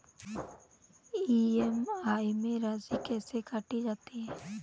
EMI में राशि कैसे काटी जाती है?